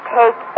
take